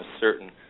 certain